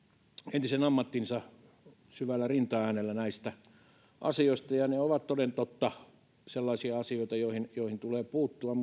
entisen ammattinsa syvällä rintaäänellä näistä asioista ja ne ovat toden totta sellaisia asioita joihin joihin tulee puuttua